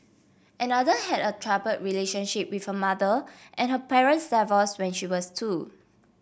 another had a troubled relationship with her mother and her parents divorced when she was two